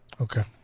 okay